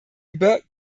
über